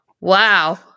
wow